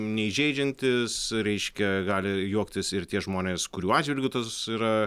neįžeidžiantis reiškia gali juoktis ir tie žmonės kurių atžvilgiu tas yra